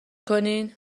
کنین